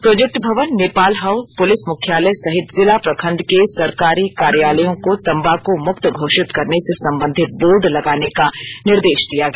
project भवन Nepal house police मुख्यालय सहित जिला प्रखंड के सरकारी कार्यालयों को तम्बाकू मुक्त घोशित करने से संबंधित बोर्ड लगाने का निर्दे ा दिया गया